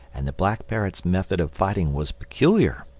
and the black parrots' method of fighting was peculiar.